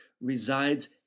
resides